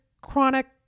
chronic